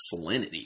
salinity